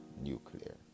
nuclear